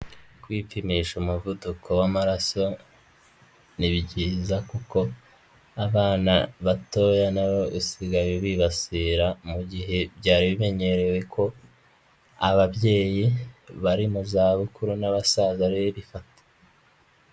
Kwipimisha umuvuduko w'amaraso ni byiza kuko abana batoya nabo usigaye ubibasira, mu gihe byari bimenyerewe ko ababyeyi bari mu za bukuru basaza rero ifata.